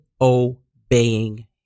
obeying